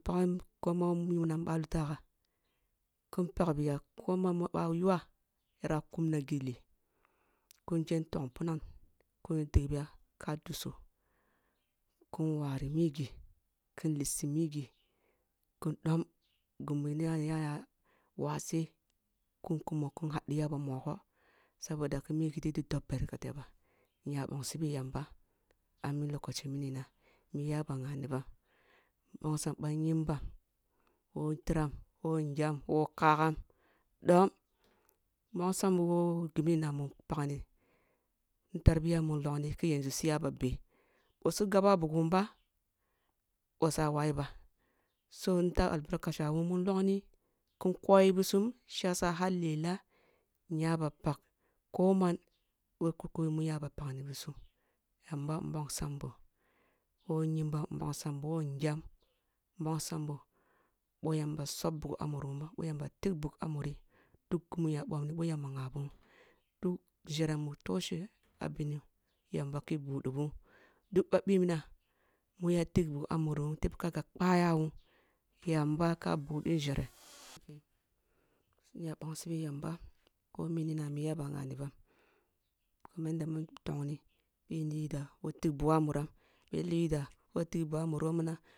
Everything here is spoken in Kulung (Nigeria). Pakam ko. unam boh a lutagah kin pak biya ko man mu boh ayuwa yare kumna gilli kin kyan togh punam kin lissi migi ki dusso kun wari migi kin lissi migi ki dom gumi yani waseh kun kumo kun hadi a ba mogoh saboda ki migiti di dobh barkete ba inya mbongsibi yamba a mi lokaci mini ba mu iyaba ng anibam mbongsam bah nyimbami who tiram, who ngyam,, woh kagam dom mbongsam bum who gimi nah. u npakni ki tarbiya mun logni ku yanzu suya ba beh boh su gab a buguwum bah boh sa wayi bah so ni the albarkacin yawun mun logni kun koyibisum shiyasa har lele inya ba pak man who koyi mu mmpakbisum yamba mbongsam boh, mu mpakbisum yamba mbongsambo, boh yamba sobh bugu a muru wun, boh yamba tigh bug a muro duk gumu nya bob nib oh yamba ngabuwun duk nzere mu toshe a binuwun yamba ki budu biwun duk ba bilna mu ya tigh bugh muriwun tebb ka gab kpawun yamba ka budi nzere kuma inyeba mbongsibi yamba ko min na iyaba nganibam munda mun tongni mi lidua who tigh bug a muram boh a luta.